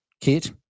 Kit